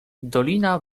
dolina